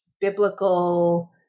biblical